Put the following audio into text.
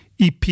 EP